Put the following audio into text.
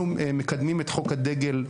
אנחנו מקדמים את חוק הדגל ,